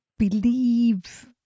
believe